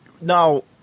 now